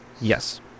yes